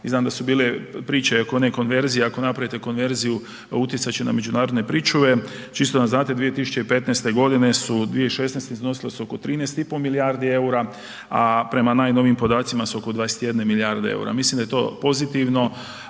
i znam da su bile priče oko one konverzije, ako napravite konverziju utjecat će na međunarodne pričuve, čisto da znate 2015., su 2016. iznosile su oko 13,5 milijardi EUR-a, a prema najnovijim podacima su oko 21 milijarde EUR-a. Mislim da je to pozitivno